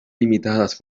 limitadas